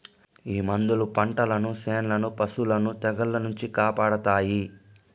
ఈ మందులు పంటలను సెట్లను పశులను తెగుళ్ల నుంచి కాపాడతాయి